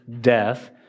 death